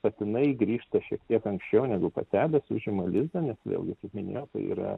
patinai grįžta šiek tiek anksčiau negu patelės užima lizdą nes vėlgi kaip minėjau tai yra